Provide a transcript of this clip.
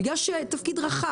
בגלל שהתפקיד רחב,